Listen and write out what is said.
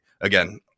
again